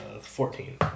fourteen